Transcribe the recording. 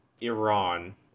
Iran